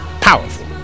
Powerful